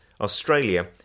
Australia